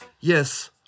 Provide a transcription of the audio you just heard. Yes